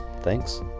Thanks